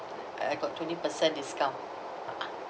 I I got twenty percent discount